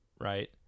right